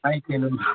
ꯑꯩ ꯀꯩꯅꯣꯅꯤ